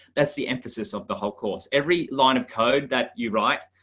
that's the emphasis of the whole course every line of code that you write,